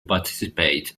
participate